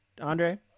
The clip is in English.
Andre